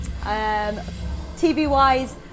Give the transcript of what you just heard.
TV-wise